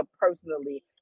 personally